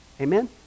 Amen